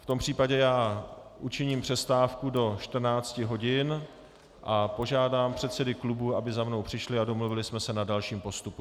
V tom případě učiním přestávku do 14 hodin a požádám předsedy klubů, aby za mnou přišli a domluvili jsme se na dalším postupu.